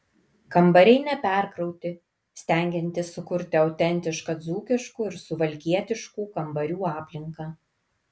kambariai neperkrauti stengiantis sukurti autentišką dzūkiškų ir suvalkietiškų kambarių aplinką